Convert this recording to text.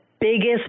biggest